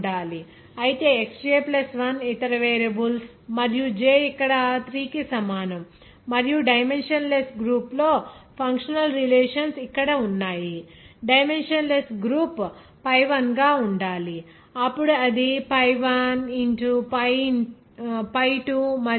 అయితే X j 1 ఇతర variables మరియు j ఇక్కడ 3 కి సమానం మరియు డైమెన్షన్ లెస్ గ్రూపు లో ఫంక్షనల్ రిలేషన్షిప్స్ ఇక్కడ ఉన్నాయి అప్పుడు డైమెన్షన్ లెస్ గ్రూపు లు pi I గా ఉండాలి అప్పుడు ఇది pi 1 pi 2 మరియు